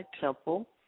Temple